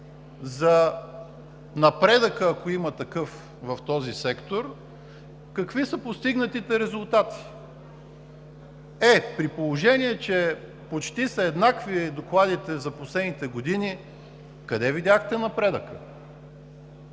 за напредъка, ако има такъв, в този сектор, какви са постигнатите резултати. Е, при положение че почти са еднакви докладите за последните години, къде видяхте напредъка?